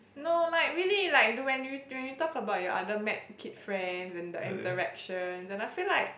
no like really like when you when you talk about your other med kid friend and the interaction I feel like